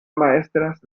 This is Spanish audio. maestras